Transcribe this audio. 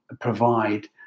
provide